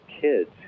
kids